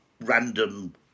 random